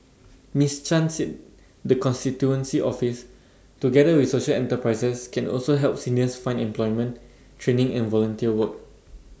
miss chan said the constituency office together with social enterprises can also help seniors find employment training and volunteer work